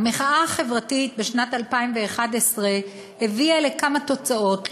המחאה החברתית בשנת 2011 הביאה לכמה תוצאות,